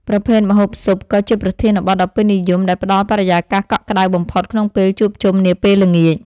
ប្រភេទម្ហូប ស៊ុប ក៏ជាប្រធានបទដ៏ពេញនិយមដែលផ្ដល់បរិយាកាសកក់ក្ដៅបំផុតក្នុងពេលជួបជុំនាពេលល្ងាច។